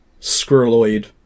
squirreloid